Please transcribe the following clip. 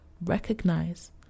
recognize